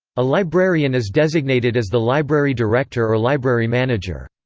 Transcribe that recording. a librarian is designated as the library director or library manager.